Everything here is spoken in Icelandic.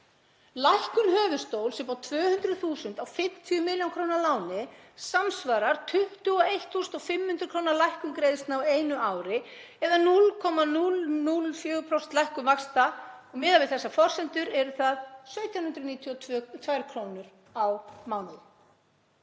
Lækkun höfuðstóls upp á 200.000 á 50 millj. kr. láni samsvarar 21.500 kr. lækkun greiðslna á einu ári, eða 0,004% lækkun vaxta. Miðað við þessar forsendur eru það 1.792 kr. á mánuði.